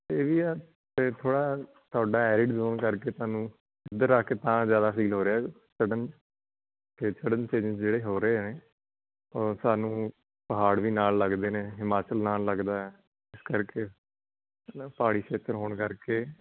ਇਹ ਵੀ ਆ ਅਤੇ ਥੋੜ੍ਹਾ ਤੁਹਾਡਾ ਐਰਿਡ ਜੋਨ ਕਰਕੇ ਤੁਹਾਨੂੰ ਇੱਧਰ ਆ ਕੇ ਤਾਂ ਜ਼ਿਆਦਾ ਫੀਲ ਹੋ ਰਿਹਾ ਸਡਨ ਕਿ ਸਡਨ ਚੇਂਜਜ ਜਿਹੜੇ ਹੋ ਰਹੇ ਨੇ ਸਾਨੂੰ ਪਹਾੜ ਵੀ ਨਾਲ ਲੱਗਦੇ ਨੇ ਹਿਮਾਚਲ ਨਾਲ ਲੱਗਦਾ ਹੈ ਇਸ ਕਰਕੇ ਹੈ ਨਾ ਪਹਾੜੀ ਖੇਤਰ ਹੋ ਕਰਕੇ